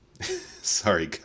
Sorry